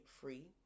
Free